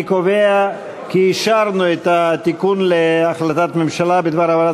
אני קובע כי אישרנו את התיקון להחלטת הממשלה בדבר העברת